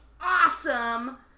awesome